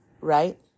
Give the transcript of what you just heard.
Right